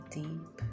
deep